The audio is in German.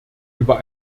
über